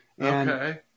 Okay